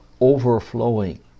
overflowing